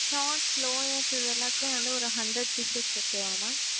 shorts lowers இதெல்லாத்துலையும் வந்து இரு ஹண்ட்ரட் பீசஸ் ஓகேவா மேம்